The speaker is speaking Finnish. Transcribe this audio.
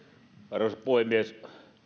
arvoisa puhemies